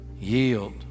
yield